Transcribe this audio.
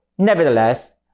Nevertheless